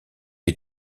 est